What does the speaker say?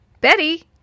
Betty